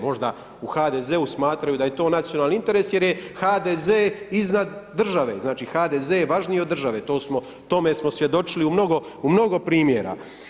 Možda u HDZ-u smatraju da je to nacionalni interes jer je HDZ iznad države, znači HDZ je važniji od države, tome smo svjedočili u mnogo primjera.